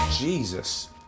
Jesus